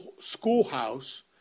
Schoolhouse